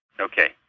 Okay